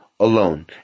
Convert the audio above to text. Alone